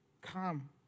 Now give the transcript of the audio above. Come